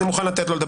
הוא יסיים את דבריו,